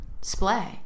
Splay